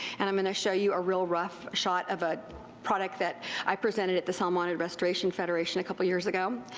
and iim going to show you a real rough shot of a product that i presented at the salmonid restoration federation a couple of years ago.